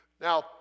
Now